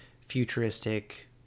futuristic